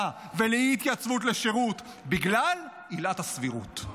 ולאי-התייצבות לשירות בגלל עילת הסבירות.